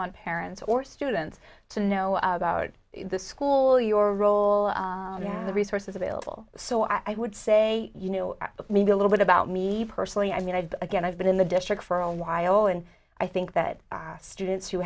want parents or students to know about the school your role the resources available so i would say you know maybe a little bit about me personally i mean i again i've been in the district for a while and i think that students who